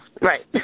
Right